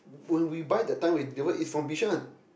when we buy that time that one is from Bishan